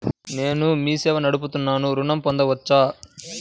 నేను మీ సేవా నడుపుతున్నాను ఋణం పొందవచ్చా?